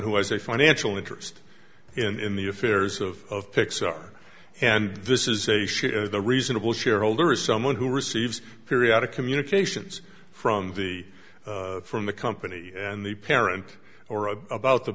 who has a financial interest in the affairs of pixar and this is a ship is the reasonable shareholder is someone who receives periodic communications from the from the company and the parent or a about the